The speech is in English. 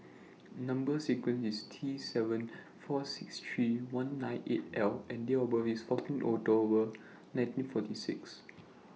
Number sequence IS T seven four six three one nine eight L and Date of birth IS fourteen October nineteen forty six